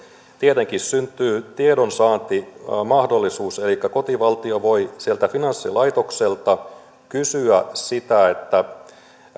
tietenkin syntyy tiedonsaantimahdollisuus elikkä kotivaltio voi sieltä finanssilaitokselta kysyä sitä